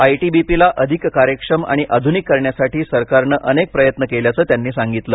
ITBP ला अधिककार्यक्षम आणि आधुनिक करण्यासाठी सरकारनं अनेक प्रयत्न केल्याचं त्यांनी सांगितलं